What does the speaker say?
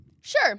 Sure